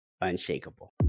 Unshakable